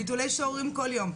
ביטולי שיעורים כל יום,